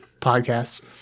podcasts